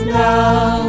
now